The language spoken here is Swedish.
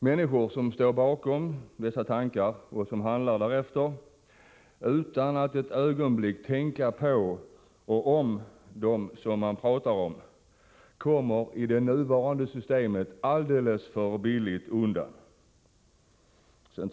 Människor som står bakom sådana tankar och som handlar därefter utan att ett ögonblick tänka på dem som de talar om kommer i det nuvarande systemet alldeles för billigt undan.